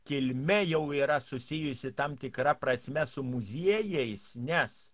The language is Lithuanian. kilme jau yra susijusi tam tikra prasme su muziejais nes